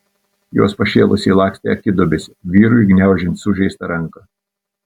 jos pašėlusiai lakstė akiduobėse vyrui gniaužiant sužeistąją ranką